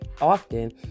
often